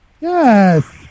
Yes